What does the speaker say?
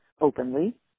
openly